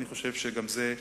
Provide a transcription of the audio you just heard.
אני חושב שגם זה,